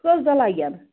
کٔژ دۄہ لَگن